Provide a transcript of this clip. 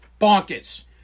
bonkers